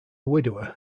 widower